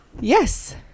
Yes